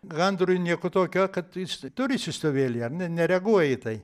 gandrui nieko tokio kad jis turi siųstuvėlį ar ne nereaguoja į tai